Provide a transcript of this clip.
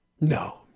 No